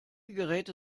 geräte